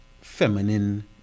feminine